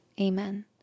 Amen